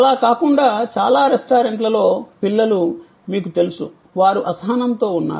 అలా కాకుండా చాలా రెస్టారెంట్లలో పిల్లలు మీకు తెలుసు వారు అసహనంతో ఉన్నారు